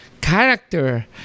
character